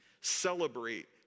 celebrate